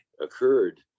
occurred